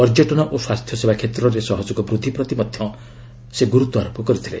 ପର୍ଯ୍ୟଟନ ଓ ସ୍ୱାସ୍ଥ୍ୟସେବା କ୍ଷେତ୍ରରେ ସହଯୋଗ ବୃଦ୍ଧି ପ୍ରତି ମଧ୍ୟରେ ଗୁରୁତ୍ୱାରୋପ କରିଥିଲେ